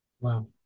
Wow